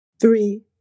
three